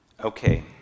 Okay